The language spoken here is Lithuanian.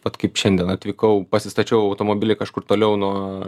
vat kaip šiandien atvykau pasistačiau automobilį kažkur toliau nuo